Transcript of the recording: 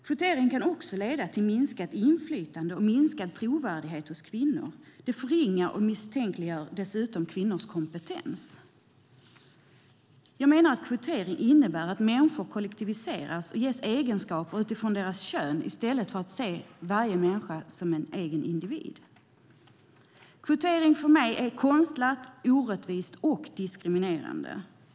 Kvotering kan också leda till minskat inflytande och minskad trovärdighet för kvinnor. Den förringar och misstänkliggör dessutom kvinnors kompetens. Jag menar att kvotering innebär att människor kollektiviseras och ges egenskaper utifrån kön i stället för att man ser varje människa som en egen individ. Kvotering är för mig konstlat, orättvist och diskriminerande.